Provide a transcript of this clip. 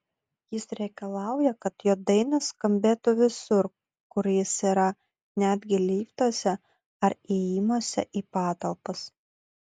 jis reikalauja kad jo dainos skambėtų visur kur jis yra netgi liftuose ar įėjimuose į patalpas